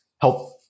help